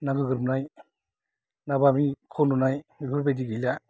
ना गोबोरनाय ना बामिखौ हमनाय बेफोरबायदि गैला